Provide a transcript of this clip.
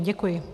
Děkuji.